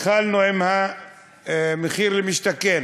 התחלנו עם מחיר למשתכן,